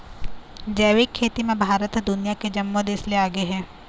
जैविक खेती म भारत ह दुनिया के जम्मो देस ले आगे हे